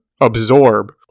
absorb